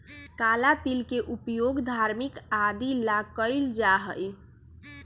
काला तिल के उपयोग धार्मिक आदि ला कइल जाहई